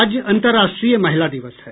आज अंतरराष्ट्रीय महिला दिवस है